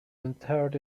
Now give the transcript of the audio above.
interred